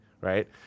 right